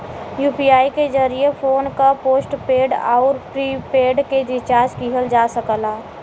UPI के जरिये phone क पोस्टपेड आउर प्रीपेड के रिचार्ज किहल जा सकला